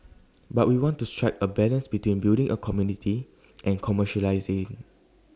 but we want to strike A balance between building A community and commercialising